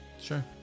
Sure